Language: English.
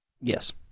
Yes